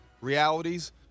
realities